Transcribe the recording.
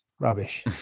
Rubbish